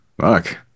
fuck